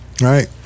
right